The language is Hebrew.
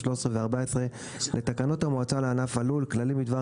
13 ו-14 לתקנות המועצה לענף הלול (כללים בדבר